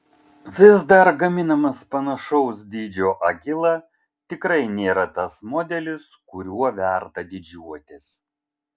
vis dar gaminamas panašaus dydžio agila tikrai nėra tas modelis kuriuo verta didžiuotis